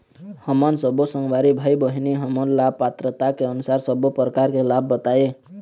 हमन सब्बो संगवारी भाई बहिनी हमन ला पात्रता के अनुसार सब्बो प्रकार के लाभ बताए?